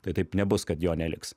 tai taip nebus kad jo neliks